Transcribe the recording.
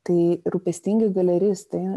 tai rūpestingi galeristai